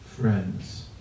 friends